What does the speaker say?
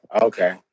okay